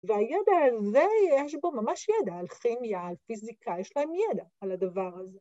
והידע הזה, יש בו ממש ידע על כימיה, על פיזיקה, יש להם ידע על הדבר הזה.